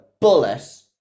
bullet